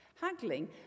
haggling